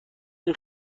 این